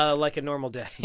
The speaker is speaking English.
ah like a normal day you're